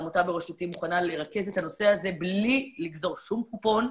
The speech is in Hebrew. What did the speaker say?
העמותה בראשותי מוכנה לרכז את הנושא הזה בלי לגזור שום קופון,